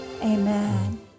Amen